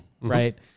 Right